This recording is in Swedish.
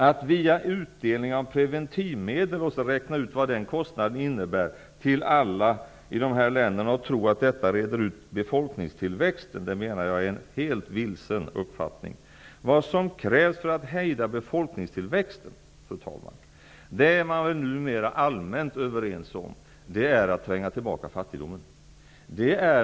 Att dela ut preventivmedel till alla i dessa länder och tro att detta reder ut befolkningstillväxten menar jag är en helt ''vilsen'' uppfattning. Vad som krävs för att hejda befolkningstillväxten, fru talman, är -- det är man numera allmänt överens om -- att tränga tillbaka fattigdomen.